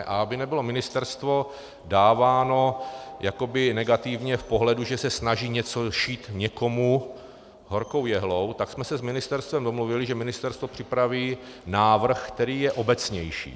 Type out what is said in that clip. A aby nebylo ministerstvo dáváno jakoby negativně v pohledu, že se snaží něco šít někomu horkou jehlou, tak jsme se s ministerstvem domluvili, že ministerstvo připraví návrh, který je obecnější.